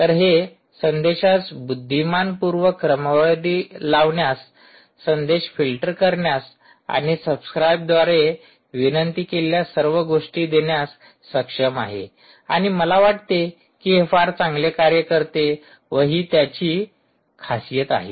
तर हे संदेशास बुद्धिमान पूर्वक क्रमवारी लावण्यास संदेश फिल्टर करण्यास आणि सबस्क्राइबद्वारे विनंती केलेल्या सर्व गोष्टी देण्यास सक्षम आहे आणि मला वाटते की हे फार चांगले कार्य करते व हि त्याची खासियत आहे